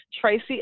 Tracy